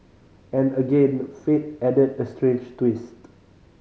and again fate added a straights twist